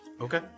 Okay